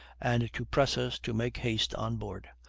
and to press us to make haste on board.